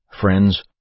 Friends